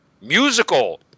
musical